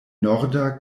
norda